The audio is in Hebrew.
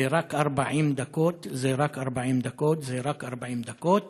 זה רק 40 דקות, זה רק 40 דקות, זה רק 40 דקות.